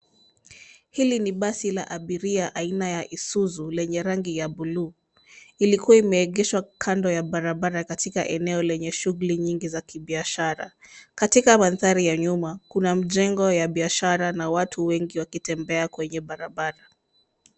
Hili ni basi la abiria aina ya Isuzu lenye rangi ya blue . Ilikuwa imeegeshwa kando ya barabara katika eneo lenye shughuli nyingi za kibiashara. Katika mandhari ya nyuma, kuna mjengo ya kibiashara na watu wengi wakitembea kwenye barabara.